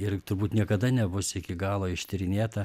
ir turbūt niekada nebus iki galo ištyrinėta